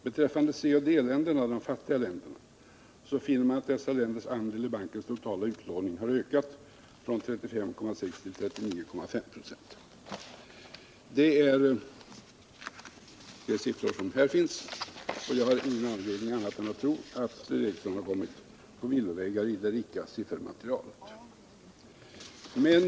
Beträffande C och D-länderna, de fattiga länderna, finner man att dessa länders andel i bankens totala utlåning har ökat från 35,6 till 39,5 96. Dessa siffror redovisas i det material jag har, och jag kan inte tro annat än att Sture Ericson har kommit på villovägar i det rika siffermaterialet.